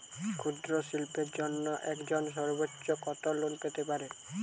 ক্ষুদ্রশিল্পের জন্য একজন সর্বোচ্চ কত লোন পেতে পারে?